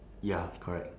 ya correct